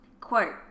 Quote